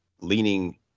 leaning